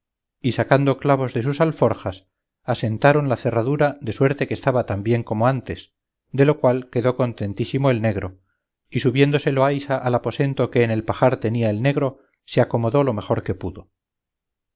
y sacando clavos de sus alforjas asentaron la cerradura de suerte que estaba tan bien como de antes de lo cual quedó contentísimo el negro y subiéndose loaysa al aposento que en el pajar tenía el negro se acomodó lo mejor que pudo